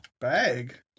Bag